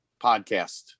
podcast